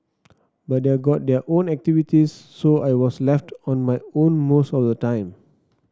but they're got their own activities so I was left on my own most of the time